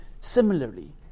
similarly